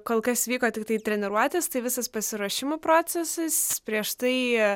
kol kas vyko tiktai treniruotės tai visas pasiruošimo procesas prieš tai